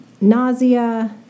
nausea